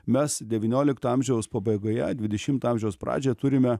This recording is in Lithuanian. mes devyniolikto amžiaus pabaigoje dvidešimto amžiaus pradžioj turime